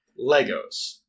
Legos